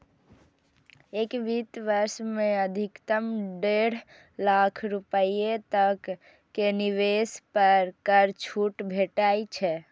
एक वित्त वर्ष मे अधिकतम डेढ़ लाख रुपैया तक के निवेश पर कर छूट भेटै छै